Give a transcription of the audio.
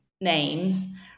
names